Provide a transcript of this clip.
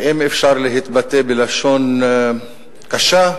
ואם אפשר להתבטא בלשון קשה,